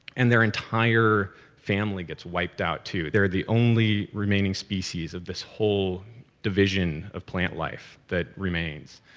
and their entire family gets wiped out, too. they're the only remaining species of this whole division of plant life that remains